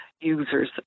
users